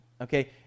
okay